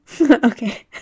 Okay